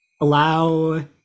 allow